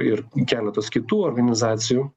ir keletos kitų organizacijų